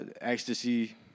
ecstasy